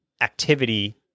activity